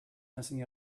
messing